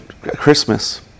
Christmas